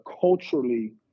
Culturally